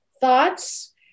thoughts